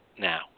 Now